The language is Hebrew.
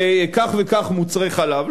בכך וכך מוצרי חלב.